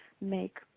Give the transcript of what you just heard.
make